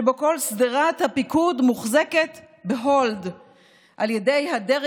שבהם כל שדרת הפיקוד מוחזקת ב-hold על ידי הדרג